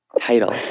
title